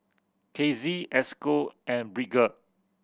Casie Esco and Bridger